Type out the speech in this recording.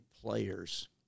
players